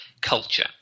culture